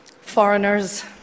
foreigners